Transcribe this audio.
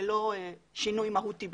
ללא "שינוי מהותי בשטחו".